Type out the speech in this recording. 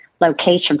location